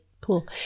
cool